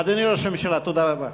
אדוני ראש הממשלה, תודה רבה.